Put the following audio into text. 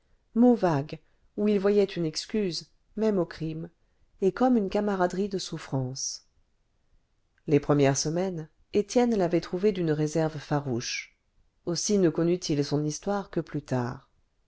mot vague où ils voyaient une excuse même au crime et comme une camaraderie de souffrance les premières semaines étienne l'avait trouvé d'une réserve farouche aussi ne connut il son histoire que plus tard